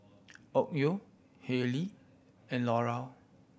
Onkyo Haylee and Laurier